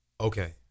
Okay